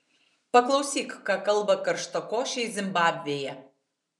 paklausyk ką kalba karštakošiai zimbabvėje